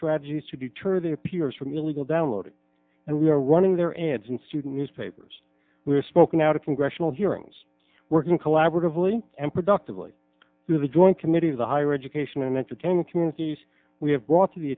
strategies to deter their peers from illegal downloading and we are running their ads in student newspapers we are spoken out of congressional hearings working collaboratively and productively through the joint committee of the higher education and entertaining communities we have brought to the